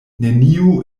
neniu